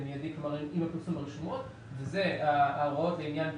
מיידי עם הפרסום ברשויות ואלה הוראות לעניין ...